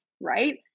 right